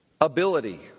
ability